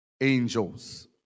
angels